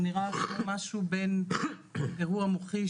נראה משהו בין אירוע מוחי,